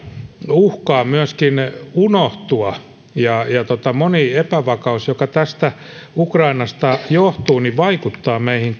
uhkaa unohtua moni epävakaus joka tästä ukrainasta johtuu vaikuttaa meihin